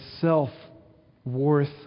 self-worth